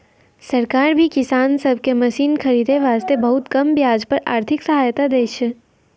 सरकार भी किसान सब कॅ मशीन खरीदै वास्तॅ बहुत कम ब्याज पर आर्थिक सहायता दै छै